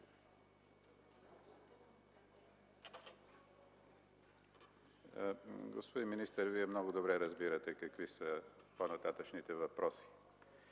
Господин министър, Вие много добре разбирате какви са по-нататъшните въпроси.